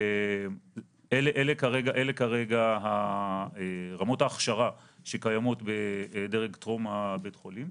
אלה כרגע רמות ההכשרה שקיימות בדרג טרום בית החולים.